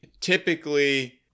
typically